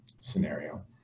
scenario